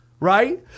Right